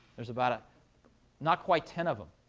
there's but not quite ten of them,